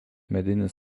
medinis